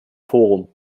forum